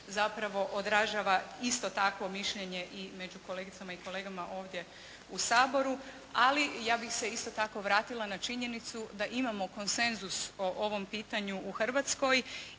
zapravo odražava isto takvo mišljenje i među kolegicama i kolegama ovdje u Saboru. Ali ja bih se isto tako vratila na činjenicu da imamo konsenzus o ovom pitanju u Hrvatskoj